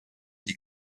die